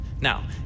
Now